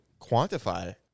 quantify